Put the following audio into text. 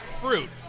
fruit